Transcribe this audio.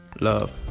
Love